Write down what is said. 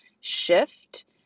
shift